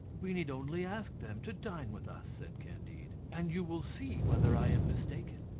we need only ask them to dine with us, said candide, and you will see whether i am mistaken.